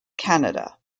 canada